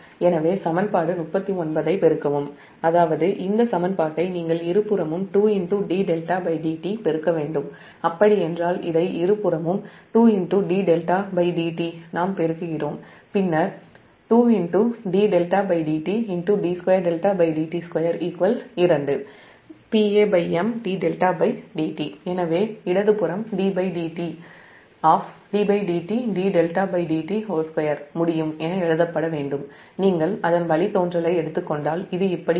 எனவே சமன்பாடு 39 ஐ பெருக்கவும் அதாவது இந்த சமன்பாட்டை நீங்கள் இருபுறமும் 2dδdt பெருக்க வேண்டும் அப்படியென்றால் இதை இருபுறமும் 2dδdt ஆல் நாம் பெருக்குகிறோம் பின்னர் 2dδdtd2δdt22 PaMdδdt எனவே இடது புறம் ddt of ddtdδdt 2 முடியும் என எழுதப்பட வேண்டும் நீங்கள் அதன் வழித்தோன்றலை எடுத்துக் கொண்டால் இது இப்படி வரும்